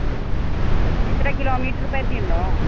ആ ഇത്ര കിലോമീറ്റർ പരിധിയുണ്ടോ